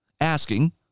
asking